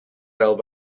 cell